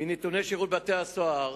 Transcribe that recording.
מנתוני שירות בתי-הסוהר